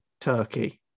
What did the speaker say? turkey